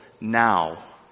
now